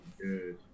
good